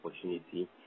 opportunity